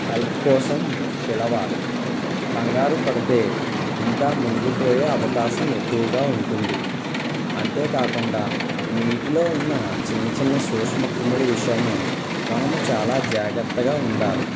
help కోసం పిలవాలి కంగారు పడితే ఇంకా మునిగిపోయే అవకాశం ఎక్కువగా ఉంటుంది అంతేకాకుండా నీటిలో ఉన్న చిన్న చిన్న సూక్ష్మ క్రిములు విషయమై మనము చాలా జాగ్రత్తగా ఉండాలి